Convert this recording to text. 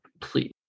please